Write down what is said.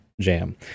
jam